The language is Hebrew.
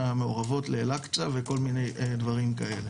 מהמעורבות לאל אקצא וכל מיני דברים כאלה,